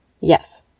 Yes